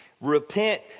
Repent